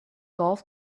golf